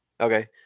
Okay